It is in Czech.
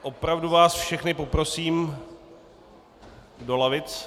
Opravdu vás všechny poprosím do lavic.